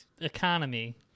economy